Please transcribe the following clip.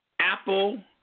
apple